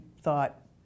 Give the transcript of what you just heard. thought